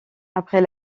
après